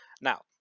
now